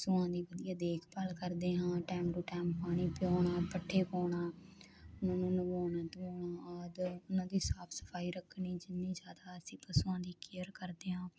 ਪਸੂਆਂ ਦੀ ਵਧੀਆ ਦੇਖਭਾਲ ਕਰਦੇ ਹਾਂ ਟਾਈਮ ਟੂ ਟਾਈਮ ਪਾਣੀ ਪਿਆਉਣਾ ਪੱਠੇ ਪਾਉਣਾ ਉਹਨਾਂ ਨੂੰ ਨਵਾਉਣਾ ਧਵਾਉਣਆ ਆਦਿ ਉਹਨਾਂ ਦੀ ਸਾਫ ਸਫਾਈ ਰੱਖਣੀ ਜਿੰਨੀ ਜਿਆਦਾ ਅਸੀਂ ਪਸ਼ੂਆਂ ਦੀ ਕੇਅਰ ਕਰਦੇ ਹਾਂ